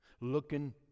Looking